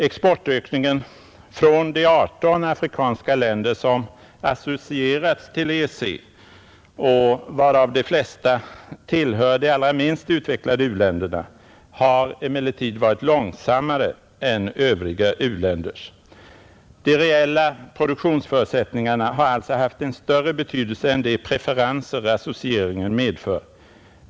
Exportökningen från de 18 afrikanska länder som är associerade till EEC, och varav de flesta tillhör de allra minst utvecklade u-länderna, har emellertid varit långsammare än övriga u-länders, De reella produktionsförutsättningarna har alltså haft en större betydelse än de preferenser associeringen medför.